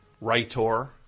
writer